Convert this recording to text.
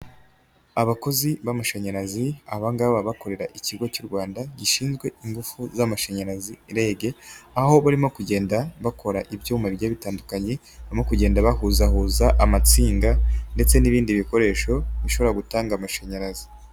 Abakozi b'amashanyarazi abanga baba bakorera ikigo cy'u Rwanda gishinzwe ingufu z'amashanyarazi REG, aho barimo kugenda bakora ibyuma bigiye bitandukanye barimo kugenda bahuzahuza amatsinga ndetse n'ibindi bikoresho bishobora gutanga amashanyarazi.